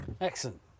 Excellent